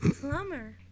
Plumber